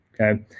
Okay